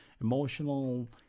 emotional